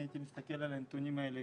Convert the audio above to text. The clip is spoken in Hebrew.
אפשר לשחק, אני הייתי מסתכל על הנתונים האלה